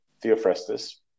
Theophrastus